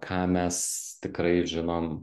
ką mes tikrai žinom